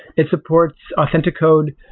it supports authentic code,